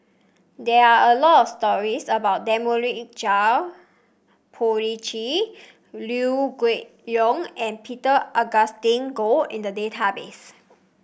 there are a lot stories about Dominic Puthucheary Liew Geok Leong and Peter Augustine Goh in the database